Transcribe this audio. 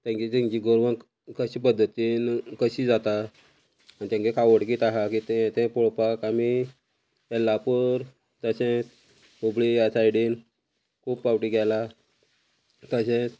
तेगें तेंची गोरवां कशे पद्दतीन कशी जाता तेंगे आवडकीत आहा किते ते पळोवपाक आमी येल्ला तशेंत हुबळी ह्या सायडीन खूब पावटी गेला तशेंच